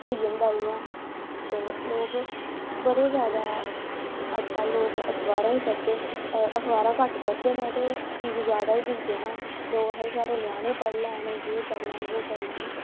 होई जंदा इ'यां ते लोग बडे़ जादा अज्जकल लोग अखबारां बी पढ़दे अखबारां घट्ट पढ़दे न ते टी वी जादा ई दिक्खदे न लोग आखदे साढ़े ञ्यानें पढ़ी लैन जे करी लैन बो करी लैन